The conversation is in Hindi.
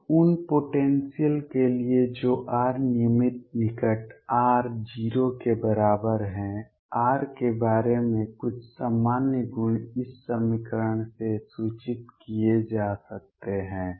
अब उन पोटेंसियल के लिए जो r नियमित निकट r 0 के बराबर है r के बारे में कुछ सामान्य गुण इस समीकरण से सूचित किए जा सकते हैं